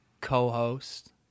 co-host